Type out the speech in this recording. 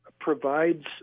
provides